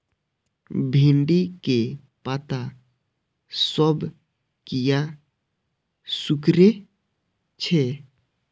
भिंडी के पत्ता सब किया सुकूरे छे?